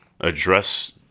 address